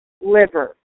liver